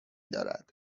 دارد